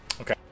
Okay